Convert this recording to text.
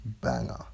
Banger